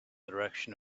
direction